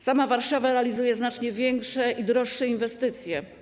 Sama Warszawa realizuje znacznie większe i droższe inwestycje.